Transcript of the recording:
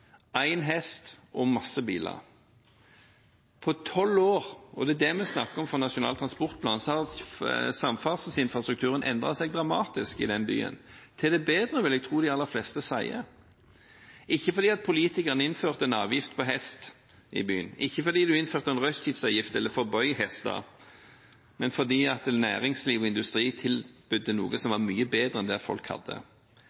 en NTP-periode senere, er det masse fotgjengere, én hest og mange biler. På tolv år – og det er det vi snakker om for Nasjonal transportplan – hadde samferdselsinfrastrukturen endret seg dramatisk i den byen – til det bedre vil jeg tro de aller fleste sier, ikke fordi politikerne innførte en avgift på hest i byen, ikke fordi man innførte en rushtidsavgift eller forbød hester, men fordi næringslivet og industrien tilbød noe som